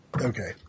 Okay